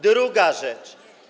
Druga rzecz.